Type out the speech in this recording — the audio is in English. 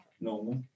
normal